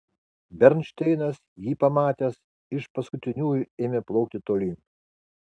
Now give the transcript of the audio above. bernšteinas jį pamatęs iš paskutiniųjų ėmė plaukti tolyn